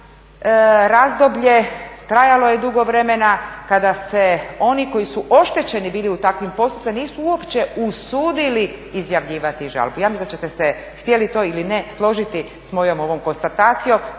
vremena, trajalo je dugo vremena kada se oni koji su oštećeni bili u takvim postupcima nisu uopće usudili izjavljivati žalbu. Ja mislim da ćete se, htjeli to ili ne, složiti s mojom ovom konstatacijom.